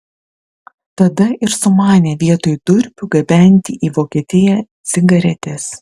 tada ir sumanė vietoj durpių gabenti į vokietiją cigaretes